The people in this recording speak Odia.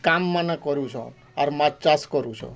କାମ୍ ମାନ କରୁଁଛନ୍ ଆରୁ ମାଛ୍ ଚାଷ କରୁଛଁ